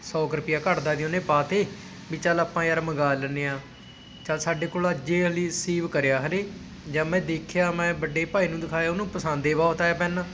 ਸੌ ਕੁ ਰੁਪਇਆ ਘੱਟਦਾ ਜੋ ਉਹਨੇ ਪਾਤੇ ਵੀ ਚੱਲ ਆਪਾਂ ਯਾਰ ਮੰਗਵਾ ਲੈਂਦੇ ਹਾਂ ਚੱਲ ਸਾਡੇ ਕੋਲ ਅੱਜ ਹਾਲੇ ਰਸੀਵ ਕਰਿਆ ਹਾਲੇ ਜਦ ਮੈਂ ਦੇਖਿਆ ਮੈਂ ਵੱਡੇ ਭਾਈ ਨੂੰ ਦਿਖਾਇਆ ਉਹਨੂੰ ਪਸੰਦ ਏ ਬਹੁਤ ਆਇਆ ਪੈੱਨ